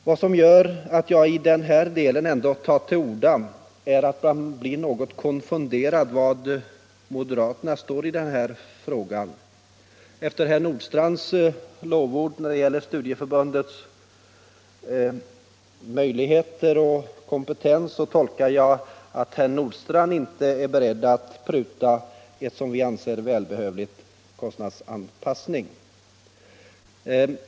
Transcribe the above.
Vad som gör att jag ändå tar till orda i denna del är att man blir något konfunderad över var moderaterna står i den här frågan. Efter herr Nordstrandhs lovord när det gäller studieförbundens arbete tolkar jag det så att herr Nordstrandh inte är beredd att pruta på en, som vi anser, välbehövlig kostnadsanpassning.